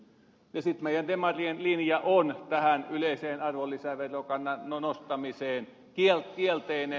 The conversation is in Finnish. sitten meidän demarien linja on tähän yleiseen arvonlisäverokannan nostamiseen kielteinen